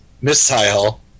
missile